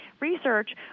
research